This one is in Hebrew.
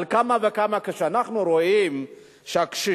על אחת כמה וכמה כשאנחנו רואים שהקשישים